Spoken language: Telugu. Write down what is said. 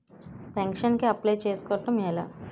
పెన్షన్ కి అప్లయ్ చేసుకోవడం ఎలా?